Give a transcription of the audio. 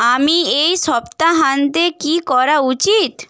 আমি এই সপ্তাহান্তে কী করা উচিত